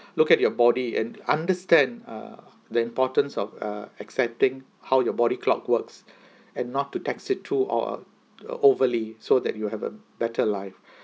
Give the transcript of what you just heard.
look at your body and understand uh the importance of uh accepting how your body clock works and not to tax it to overly so that you will have a better life